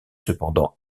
cependant